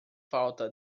falta